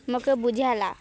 ମୋକେ ବୁଝାଲା